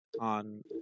on